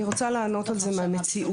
אני רוצה לענות על זה מהמציאות,